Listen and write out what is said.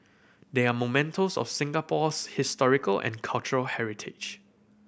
they are mementos of Singapore's historical and cultural heritage